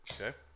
Okay